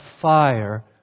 fire